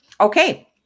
Okay